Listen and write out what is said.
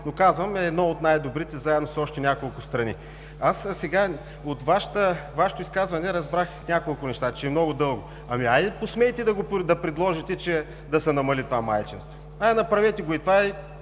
но казвам, че е едно от най-добрите, заедно с още няколко страни. От Вашето изказване разбрах няколко неща – че е много дълго. Ами посмейте да предложите да се намали това майчинство. Хайде направете го, и тогава